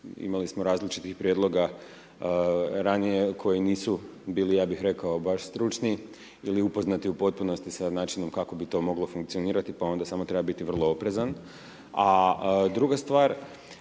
imali smo različitih prijedloga ranije koji nisu bili ja bih rekao baš stručni ili upoznati u potpunosti sa način kako bi to moglo funkcionirati, pa onda samo treba biti vrlo oprezan,